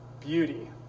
beauty